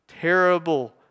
terrible